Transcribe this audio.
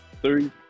three